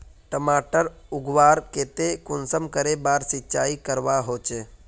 टमाटर उगवार केते कुंसम करे बार सिंचाई करवा होचए?